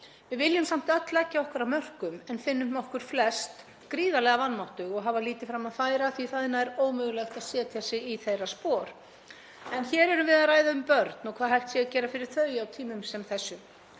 Við viljum samt öll leggja okkar af mörkum en finnum okkur flest gríðarlega vanmáttug og hafa lítið fram að færa því það er nær ómögulegt að setja sig í þeirra spor. En hér erum við að ræða um börn og hvað hægt sé að gera fyrir þau á tímum sem þessum.